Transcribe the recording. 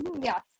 Yes